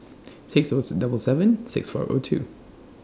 six Os double seven six four O two